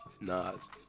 Nas